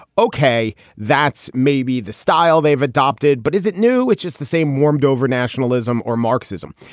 ok, that's maybe the style they've adopted. but is it new, which is the same warmed over nationalism or marxism,